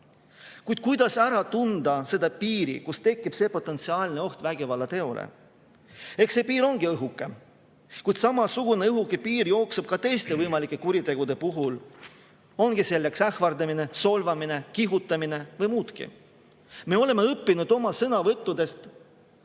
läbi. Kuid kuidas ära tunda seda piiri, kus tekib potentsiaalne oht vägivallateole? See piir ongi õhuke, kuid samasugune õhuke piir jookseb ka teiste võimalike kuritegude puhul, olgu selleks ähvardamine, solvamine, üleskihutamine või muudki. Me oleme õppinud oma sõnavõttudes selle